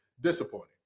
Disappointing